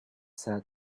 said